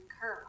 curve